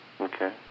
Okay